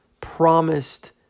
promised